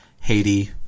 Haiti